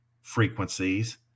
frequencies